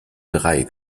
drei